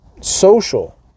social